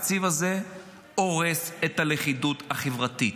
התקציב הזה הורס את הלכידות החברתית.